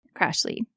Crashly